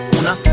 una